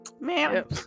ma'am